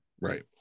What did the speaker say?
Right